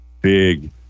big